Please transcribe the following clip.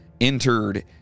entered